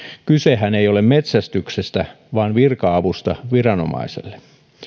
kysehän ei ole metsästyksestä vaan virka avusta viranomaiselle